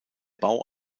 bau